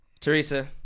Teresa